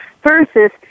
versus